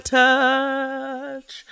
touch